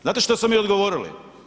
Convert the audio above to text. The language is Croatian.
Znate što su mi odgovorili?